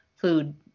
food